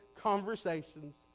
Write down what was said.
conversations